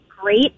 great